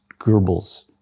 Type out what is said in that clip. Goebbels